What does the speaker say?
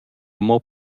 amo